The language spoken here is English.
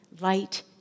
light